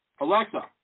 Alexa